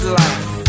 life